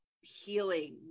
healing